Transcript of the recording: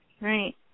right